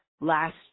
Last